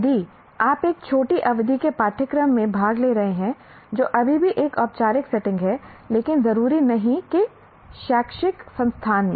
यदि आप एक छोटी अवधि के पाठ्यक्रम में भाग ले रहे हैं जो अभी भी एक औपचारिक सेटिंग है लेकिन जरूरी नहीं कि शैक्षिक संस्थान में